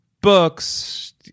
books